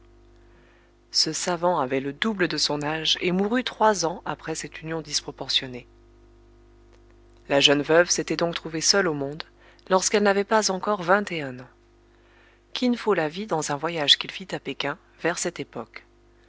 ce savant avait le double de son âge et mourut trois ans après cette union disproportionnée la jeune veuve s'était donc trouvée seule au monde lorsqu'elle n'avait pas encore vingt et un ans kin fo la vit dans un voyage qu'il fit à péking vers cette époque